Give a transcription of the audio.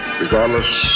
regardless